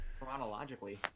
Chronologically